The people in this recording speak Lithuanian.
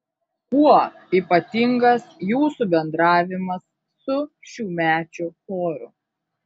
kuo ypatingas jūsų bendravimas su šiųmečiu choru